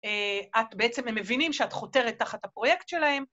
את בעצם, הם מבינים שאת חותרת תחת הפרויקט שלהם.